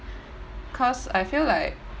cause I feel like